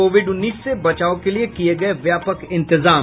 Covid उन्नीस से बचाव के लिये किये गये व्यापक इंतजाम